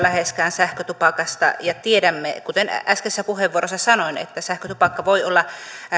sähkötupakasta ja tiedämme kuten äskeisessä puheenvuorossa sanoin että sähkötupakka voi olla